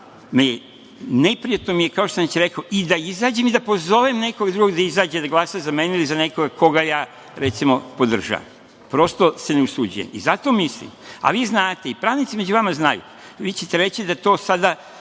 mi je neprijatno, kao što sam već rekao, i da izađem i da pozovem nekog drugog da izađe da glasa za mene ili za nekoga koga ja, recimo, podržavam. Prosto se ne usuđujem. Zato mislim, a vi znate i pravnici među vama znaju, vi ćete reći da to sada